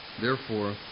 Therefore